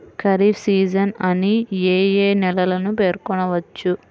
Kharif season అని ఏ ఏ నెలలను పేర్కొనవచ్చు?